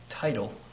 title